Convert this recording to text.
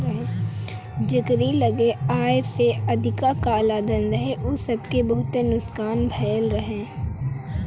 जेकरी लगे आय से अधिका कालाधन रहे उ सबके बहुते नुकसान भयल रहे